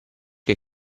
che